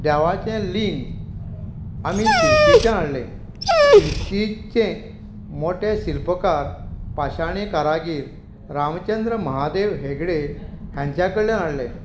देवाचें लिंग आमी शिरसीच्यान हाडलें शिरसीचे मोठे शिल्पकार पाशाणी कारागीर रामचंद्र महादेव हेगडे हांच्या कडल्यान हाडलें